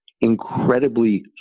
incredibly